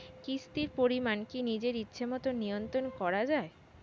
কিস্তির পরিমাণ কি নিজের ইচ্ছামত নিয়ন্ত্রণ করা যায়?